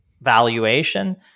valuation